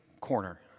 corner